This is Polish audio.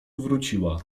wróciła